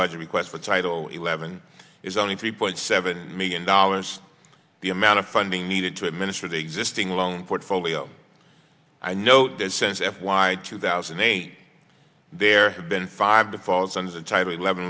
budget request for title eleven is only three point seven million dollars the amount of funding needed to administer the existing long portfolio i note that sense at why two thousand and eight there have been five the falls under the title eleven